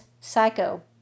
Psycho